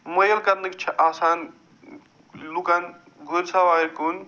مٲیل کرنٕکۍ چھِ آسان لُکن گُرۍ سوارِ کُن